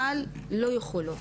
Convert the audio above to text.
אבל לא יכולות.